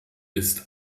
ist